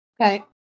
Okay